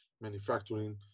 manufacturing